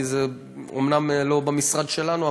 כי זה אומנם לא במשרד שלנו,